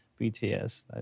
BTS